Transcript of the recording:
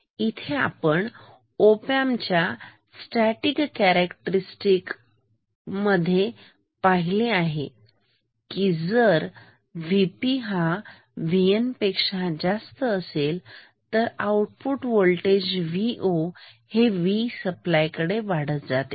इथे आपण ऑपम्प च्या स्टॅटिक कॅरेक्टस्टिक मध्ये पाहिले आहे की जर VP हा VN पेक्षा जास्त असेल तर आउटपुट व्होल्टेज Vo हे V सप्लाय कडे वाढत जाते